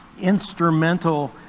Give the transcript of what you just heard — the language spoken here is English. instrumental